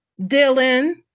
Dylan